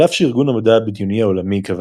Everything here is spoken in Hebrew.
על אף שארגון המדע הבדיוני העולמי קבע